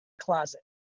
closet